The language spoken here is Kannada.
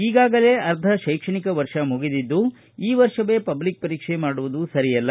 ಈಗಾಗಲೇ ಅರ್ಧ ಶೈಕ್ಷಣಿಕ ವರ್ಷ ಮುಗಿದಿದ್ದು ಈ ವರ್ಷವೇ ಪಬ್ಲಿಕ್ ಪರೀಕ್ಷೆ ಮಾಡುವುದು ಸರಿಯಲ್ಲ